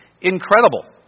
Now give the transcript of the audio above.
Incredible